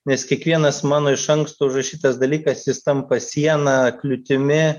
nes kiekvienas mano iš anksto užrašytas dalykas jis tampa siena kliūtimi